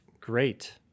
great